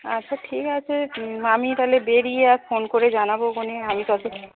আচ্ছা ঠিক আছে আমি তাহলে বেরিয়ে আর ফোন করে জানাবোখনে আমি ততো